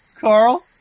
Carl